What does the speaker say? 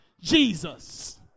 Jesus